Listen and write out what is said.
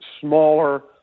smaller